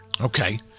Okay